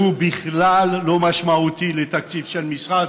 שהוא בכלל לא משמעותי לתקציב של המשרד,